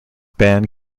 band